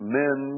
men